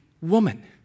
woman